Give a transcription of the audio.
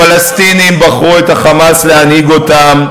הפלסטינים בחרו את ה"חמאס" להנהיג אותם.